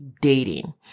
dating